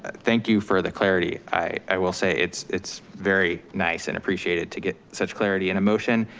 thank you for the clarity. i will say it's it's very nice and appreciated to get such clarity in a motion.